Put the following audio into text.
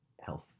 health